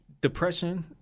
depression